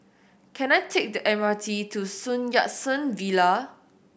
can I take the M R T to Sun Yat Sen Villa